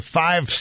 five